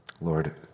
Lord